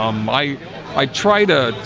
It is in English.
um i i try to